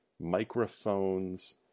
microphones